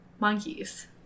monkeys